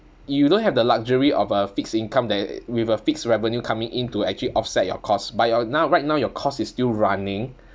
you don't have the luxury of a fixed income that e~ with a fixed revenue coming in to actually offset your cost but your now right now your cost is still running